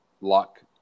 luck